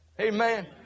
Amen